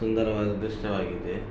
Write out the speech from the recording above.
ಸುಂದರವಾದ ದೃಶ್ಯವಾಗಿದೆ